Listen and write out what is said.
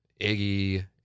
Iggy